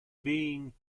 being